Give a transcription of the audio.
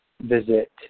visit